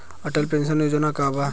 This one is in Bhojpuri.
अटल पेंशन योजना का बा?